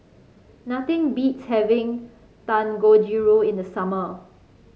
nothing beats having Dangojiru in the summer